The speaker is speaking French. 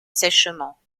sèchement